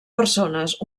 persones